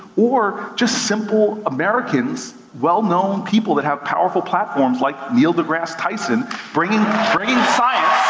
or just simple americans, well-known people that have powerful platforms, like neil degrasse tyson bringing bringing science